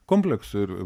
kompleksą ir